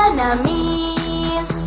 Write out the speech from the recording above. Enemies